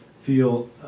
feel